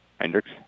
Hendricks